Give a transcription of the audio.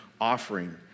offering